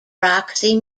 roxy